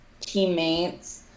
teammates